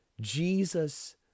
Jesus